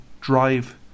drive